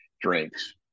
drinks